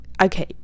okay